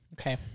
Okay